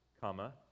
comma